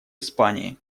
испании